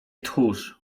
tchórz